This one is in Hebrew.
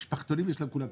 למשפחתונים, לכולם יש תיק.